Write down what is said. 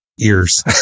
ears